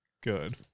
Good